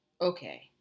Okay